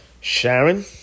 Sharon